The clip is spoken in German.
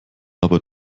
aber